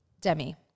Demi